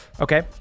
Okay